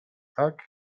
tak